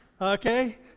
Okay